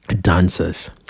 dancers